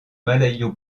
malayo